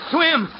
Swim